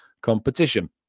competition